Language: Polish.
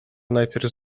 najpierw